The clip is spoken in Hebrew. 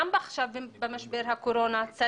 גם עכשיו במשבר הקורונה,